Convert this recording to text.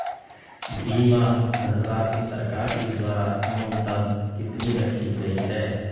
बीमा धनराशि सरकार के द्वारा न्यूनतम कितनी रखी गई है?